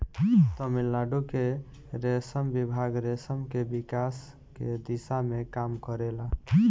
तमिलनाडु के रेशम विभाग रेशम के विकास के दिशा में काम करेला